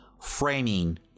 framing